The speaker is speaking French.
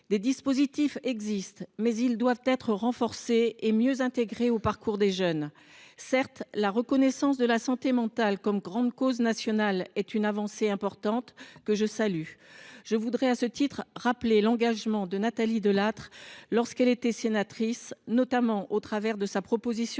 Des dispositifs existent, mais ils doivent être renforcés et mieux intégrés aux parcours des jeunes. Certes, la reconnaissance de la santé mentale comme grande cause nationale pour 2025 est une avancée importante, que je salue. Je souhaite à ce titre rappeler l’engagement de notre ancienne collègue Nathalie Delattre, notamment au travers de sa proposition